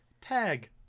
tag